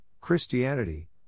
christianity